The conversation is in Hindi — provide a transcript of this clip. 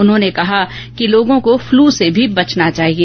उन्होंने कहा कि लोगों को फ्लू से भी बचना चाहिए